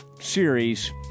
series –